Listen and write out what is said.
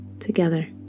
together